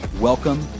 Welcome